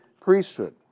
priesthood